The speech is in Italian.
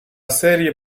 serie